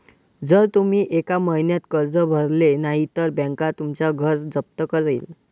जर तुम्ही एका महिन्यात कर्ज भरले नाही तर बँक तुमचं घर जप्त करेल